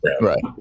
Right